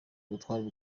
ubutware